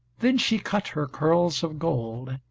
then she cut her curls of gold,